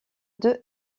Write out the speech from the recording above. deux